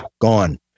gone